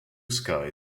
sky